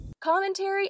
commentary